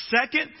Second